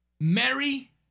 Mary